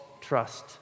trust